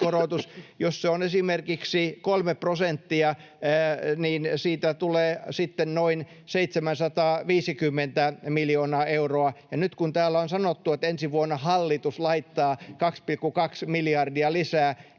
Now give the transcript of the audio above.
Jos se on esimerkiksi kolme prosenttia, niin siitä tulee sitten noin 750 miljoonaa euroa. Nyt kun täällä on sanottu, että ensi vuonna hallitus laittaa 2,2 miljardia lisää,